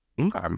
Okay